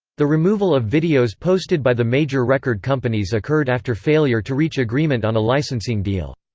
the removal of videos posted by the major record companies occurred after failure to reach agreement on a licensing deal.